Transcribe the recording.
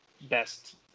best